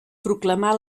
proclamà